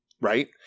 Right